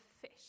fish